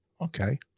Okay